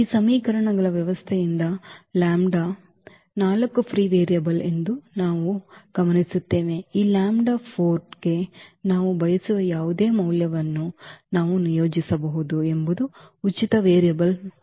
ಈ ಸಮೀಕರಣಗಳ ವ್ಯವಸ್ಥೆಯಿಂದ ಲ್ಯಾಂಬ್ಡಾ 4 ಫ್ರೀ ವೇರಿಯಬಲ್ ಎಂದು ನಾವು ಗಮನಿಸುತ್ತೇವೆ ಈ ಲ್ಯಾಂಬ್ಡಾ 4 ಗೆ ನಾವು ಬಯಸುವ ಯಾವುದೇ ಮೌಲ್ಯವನ್ನು ನಾವು ನಿಯೋಜಿಸಬಹುದು ಎಂಬುದು ಉಚಿತ ವೇರಿಯಬಲ್ ಮತ್ತು ಅರ್ಥವಾಗಿದೆ